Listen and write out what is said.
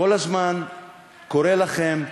כל הזמן קורא לכם,